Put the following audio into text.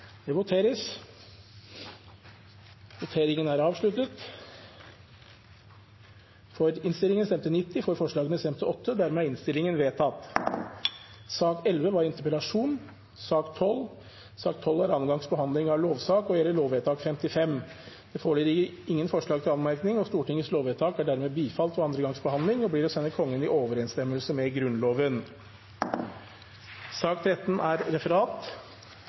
Det voteres alternativt mellom disse forslagene og komiteens innstilling. Rødt har varslet støtte til forslagene. Komiteen hadde innstilt til Stortinget å gjøre følgende I sak nr. 11 foreligger det ikke noe voteringstema. Sak nr. 12 er andre gangs behandling av lovsak og gjelder lovvedtak 55. Det foreligger ingen forslag til anmerkning. Stortingets lovvedtak er dermed bifalt ved andre gangs behandling og blir å sende Kongen i overensstemmelse med Grunnloven. Dermed er